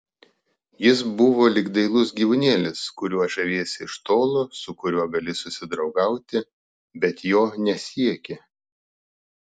jis buvo lyg dailus gyvūnėlis kuriuo žaviesi iš tolo su kuriuo gali susidraugauti bet jo nesieki